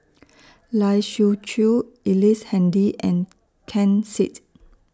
Lai Siu Chiu Ellice Handy and Ken Seet